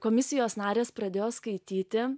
komisijos narės pradėjo skaityti